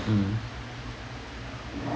mm